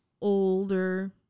older